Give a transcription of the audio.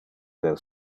del